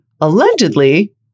allegedly